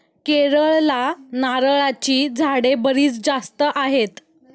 केरळला नारळाची झाडे बरीच जास्त आहेत